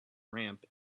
ramp